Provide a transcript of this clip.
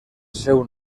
seu